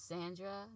Sandra